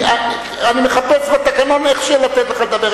אני מחפש בתקנון איך לתת לך לדבר.